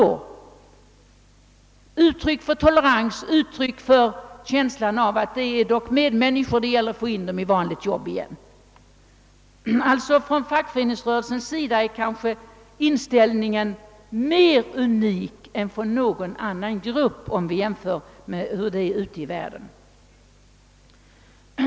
Det är ett uttryck för tolerans, en känsla för att de straffade dock är medmänniskor och att det gäller att snabbt få in dem i vanligt arbete igen. Om vi jämför denna inställning med uppfattningarna hos olika grupper ute i världen finner vi, att den svenska fackföreningsrörelsens inställning är enastående.